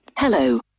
Hello